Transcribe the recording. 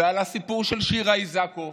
ועל הסיפור של שירה איסקוב.